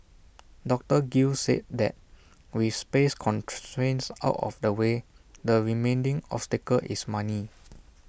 doctor gill said that with space constraints out of the way the remaining obstacle is money